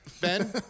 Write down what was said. Ben